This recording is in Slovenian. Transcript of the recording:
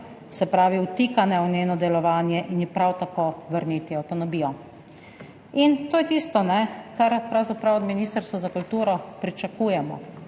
se pravi vtikanja v njeno delovanje, in ji prav tako vrniti avtonomijo. To je tisto, kar pravzaprav od Ministrstva za kulturo pričakujemo,